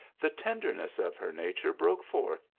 the tenderness of her nature broke forth,